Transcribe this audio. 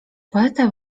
poeta